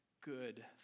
good